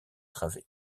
travées